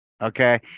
Okay